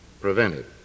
prevented